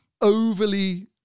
overly